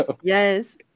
Yes